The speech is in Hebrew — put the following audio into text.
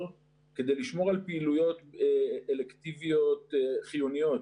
כדי לשמור על פעילויות אלקטיביות חיוניות,